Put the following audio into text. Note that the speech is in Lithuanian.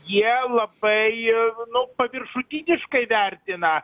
jie labai nu paviršutiniškai vertina